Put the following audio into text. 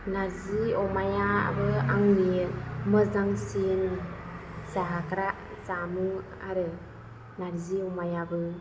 नारजि अमायाबो आंनि मोजांसिन जाग्रा जामुं आरो नारजि अमायाबो